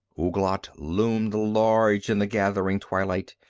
ouglat loomed large in the gathering twilight,